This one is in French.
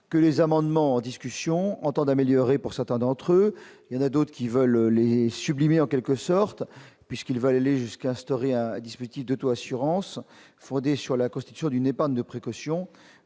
que les amendements, discussions entendent améliorer pour certains d'entre eux, il y en a d'autres qui veulent laisser sublimer en quelque sorte puisqu'il va aller jusqu'à instaurer un dispositif de taux assurance fondée sur la constitution d'une épargne de précaution,